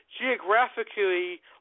geographically